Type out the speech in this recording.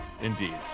indeed